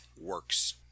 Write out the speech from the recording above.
works